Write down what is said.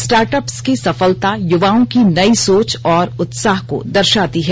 startups की सफलता युवाओं की नयी सोच और उत्साह को दर्शाती है